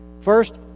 First